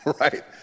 right